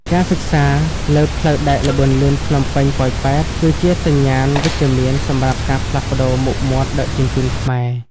ការសិក្សាលើផ្លូវដែកល្បឿនលឿនភ្នំពេញ-ប៉ោយប៉ែត គឺជាសញ្ញាណវិជ្ជមានសម្រាប់ការផ្លាស់ប្តូរមុខមាត់ដឹកជញ្ជូនខ្មែរ។